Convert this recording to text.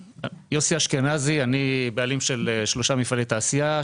אני בעלים של שלושה מפעלי תעשייה,